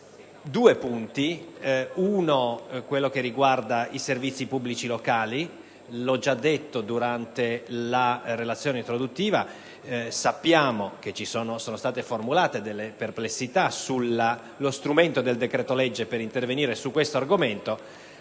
due punti. Il primo è quello che riguarda i servizi pubblici locali. Come ho già detto durante la relazione introduttiva, sappiamo che sono state avanzate perplessità sullo strumento del decreto-legge per intervenire in questa materia.